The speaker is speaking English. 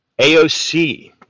AOC